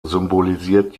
symbolisiert